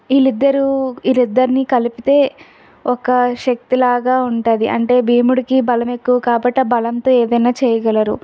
వీళ్ళు ఇద్దరు వీరిద్దరిని కలిపితే ఒక శక్తి లాగా ఉంటుంది అంటే భీముడికి బలం ఎక్కువ కాబట్టి ఆ బలంతో ఏదన్న చేయగలరు